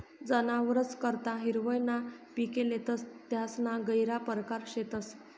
जनावरस करता हिरवय ना पिके लेतस तेसना गहिरा परकार शेतस